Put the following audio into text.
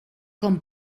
com